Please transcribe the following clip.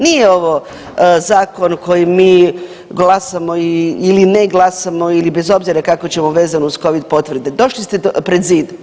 Nije ovo zakon o kojem mi glasamo ili glasamo ili bez obzira kako ćemo vezano uz COVID potvrde, došli ste pred zid.